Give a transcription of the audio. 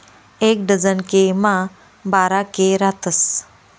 एक डझन के मा बारा के रातस